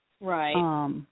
Right